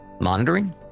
monitoring